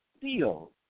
deal